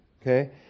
okay